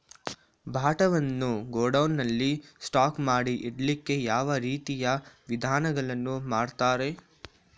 ಭತ್ತವನ್ನು ಗೋಡೌನ್ ನಲ್ಲಿ ಸ್ಟಾಕ್ ಮಾಡಿ ಇಡ್ಲಿಕ್ಕೆ ಯಾವ ರೀತಿಯ ವಿಧಾನಗಳನ್ನು ಮಾಡ್ತಾರೆ?